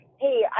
Hey